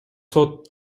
сот